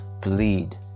bleed